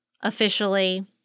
officially